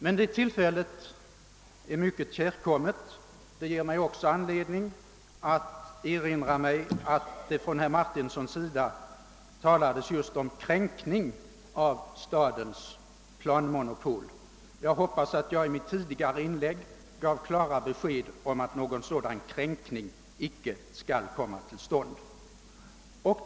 Det tillfället är mig emellertid mycket kärkommet, eftersom det ger mig möjlighet att nu erinra om att herr Martinsson talade om kränkning av stadens planmonopol. Jag hoppas att jag i mitt tidigare inlägg gav klart besked om att någon sådan kränkning icke kommer att ske.